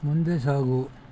ಮುಂದೆ ಸಾಗು